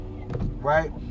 right